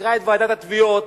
שחקרה את ועידת התביעות,